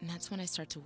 and that's when i start to